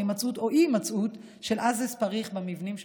הימצאות או אי-הימצאות של אסבסט פריך במבנים שבתחומן.